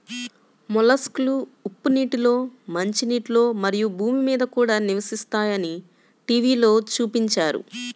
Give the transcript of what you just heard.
మొలస్క్లు ఉప్పు నీటిలో, మంచినీటిలో, మరియు భూమి మీద కూడా నివసిస్తాయని టీవిలో చూపించారు